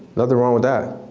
nothing wrong with that.